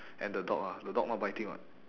and the dog ah the dog not biting [what]